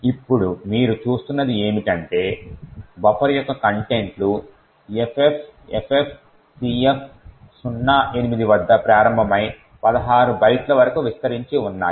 ఇప్పుడు మీరు చూస్తున్నది ఏమిటంటే బఫర్ యొక్క కంటెంట్ లు FFFFCF08 వద్ద ప్రారంభమై 16 బైట్ల వరకు విస్తరించి ఉన్నాయి